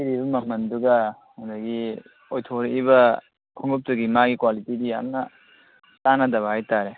ꯄꯤꯔꯤ ꯃꯃꯟꯗꯨꯒ ꯑꯗꯒꯤ ꯑꯣꯏꯊꯣꯔꯛꯏꯕ ꯈꯣꯡꯎꯞꯇꯨꯒꯤ ꯃꯥꯒꯤ ꯀ꯭ꯋꯥꯂꯤꯇꯤꯗꯤ ꯌꯥꯝꯅ ꯆꯥꯟꯅꯗꯕ ꯍꯥꯏꯇꯔꯦ